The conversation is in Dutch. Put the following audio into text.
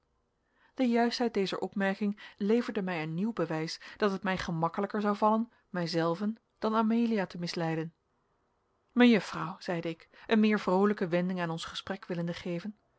de juistheid dezer opmerking leverde mij een nieuw bewijs dat het mij gemakkelijker zou vallen mijzelven dan amelia te misleiden mejuffrouw zeide ik een meer vroolijke wending aan ons gesprek willende geven